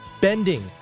Bending